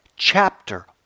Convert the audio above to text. chapter